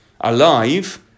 alive